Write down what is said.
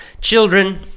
children